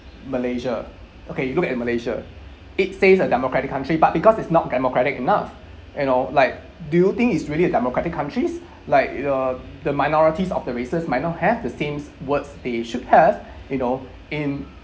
malaysia okay you look at malaysia it says a democratic country but because it's not democratic enough you know like do you think it's really a democratic country like you know the minorities of the races might not have the sames words they should have you know in